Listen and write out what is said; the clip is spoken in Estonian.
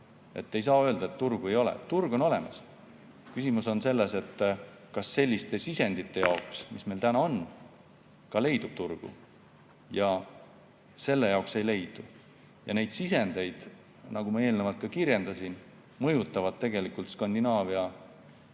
ei saa öelda, et turgu ei ole, turg on olemas. Küsimus on selles, kas selliste sisendite jaoks, mis meil nüüd on, ka turgu leidub. Nende jaoks ei leidu. Neid sisendeid, nagu ma eelnevalt kirjeldasin, mõjutavad Skandinaavia